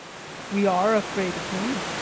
we are afraid of him.